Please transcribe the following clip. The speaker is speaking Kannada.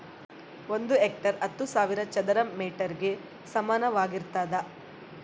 ಒಂದು ಹೆಕ್ಟೇರ್ ಹತ್ತು ಸಾವಿರ ಚದರ ಮೇಟರ್ ಗೆ ಸಮಾನವಾಗಿರ್ತದ